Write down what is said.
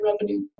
revenue